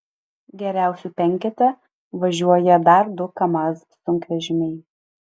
geriausių penkete važiuoja dar du kamaz sunkvežimiai